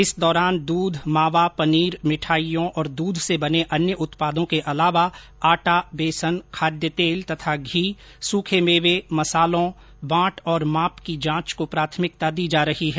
इस दौरान दूध मावा पनीर मिठाइयों और दूध से बने अन्य उत्पादों के अलावा आटा बेसन खाद्य तेल तथा घी सूखे मेवे मसालों बॉट और माप की जांच को प्राथमिकता दी जा रही है